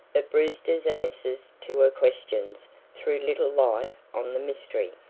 but brewster's answers to her questions threw little light on the mystery.